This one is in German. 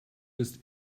ist